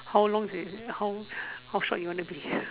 how long is it how how short you want it to be